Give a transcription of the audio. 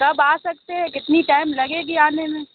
کب آ سکتے ہیں کتنی ٹائم لگے گی آنے میں